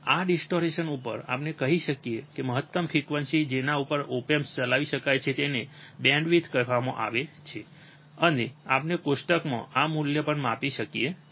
આ ડિસ્ટોરેશન ઉપર આપણે કહી શકીએ કે મહત્તમ ફ્રીક્વન્સી કે જેના ઉપર ઓપ એમ્પ ચલાવી શકાય છે તેને બેન્ડવિડ્થ કહેવામાં આવે છે અને આપણે કોષ્ટકમાં આ મૂલ્ય પણ માપી શકીએ છીએ